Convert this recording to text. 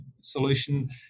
solution